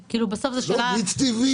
בסוף זה שאלה של כולנו.